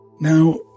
Now